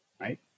right